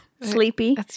Sleepy